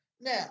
now